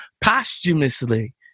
posthumously